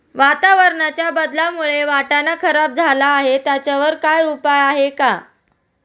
वातावरणाच्या बदलामुळे वाटाणा खराब झाला आहे त्याच्यावर काय उपाय आहे का?